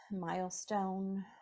milestone